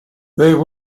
there